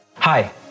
Hi